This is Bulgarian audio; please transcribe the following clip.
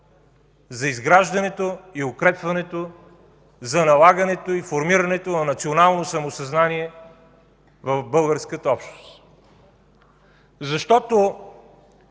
за изграждането и укрепването, за налагането и формирането на национално самосъзнание в българската общност. Защото